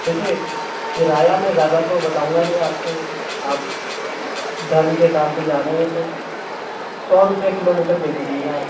देखिए किराया मैं ज़्यादा तो बताऊंगा नहीं आपको आप धर्म के काम से जा रहे है तो सौ रुपए किलोमीटर दे दीजिएगा आप